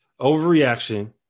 overreaction